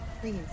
Please